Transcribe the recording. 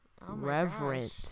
reverent